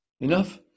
Enough